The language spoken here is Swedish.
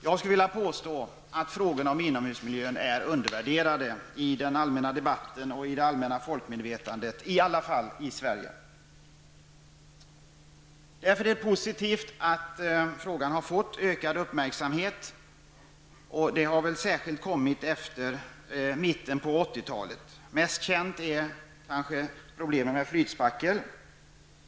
Jag skulle vilja påstå att frågorna om inomhusmiljön är undervärderade såväl i den allmänna debatten som i allmänhetens medvetande. Så är det i alla fall i Sverige. Därför är det positivt att den aktuella frågan har fått ökad uppmärksamhet. Så har det varit särskilt sedan mitten av 80-talet. Mest kända är kanske problemen med flytspackel.